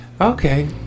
Okay